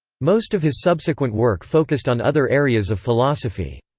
most of his subsequent work focused on other areas of philosophy.